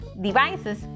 devices